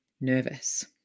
nervous